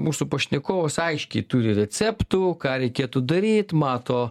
mūsų pašnekovas aiškiai turi receptų ką reikėtų daryt mato